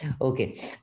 Okay